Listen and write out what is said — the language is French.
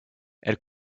elle